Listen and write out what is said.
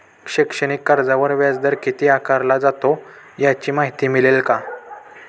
शैक्षणिक कर्जावर व्याजदर किती आकारला जातो? याची माहिती मिळेल का?